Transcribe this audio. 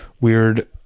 weird